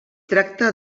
tracta